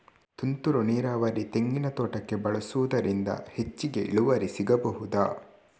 ತುಂತುರು ನೀರಾವರಿ ತೆಂಗಿನ ತೋಟಕ್ಕೆ ಬಳಸುವುದರಿಂದ ಹೆಚ್ಚಿಗೆ ಇಳುವರಿ ಸಿಕ್ಕಬಹುದ?